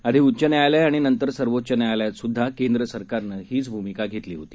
आधी उच्च न्यायालय आणि नंतर सर्वोच्च न्यायालयात सुदधा केंद्र सरकारनं हीच भूमिका घेतली होती